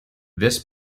this